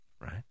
right